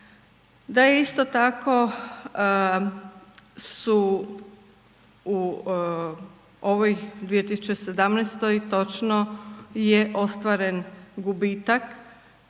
da je isto tako su u ovoj 2017. točno je ostvaren gubitak